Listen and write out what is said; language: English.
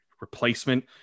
replacement